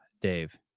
Dave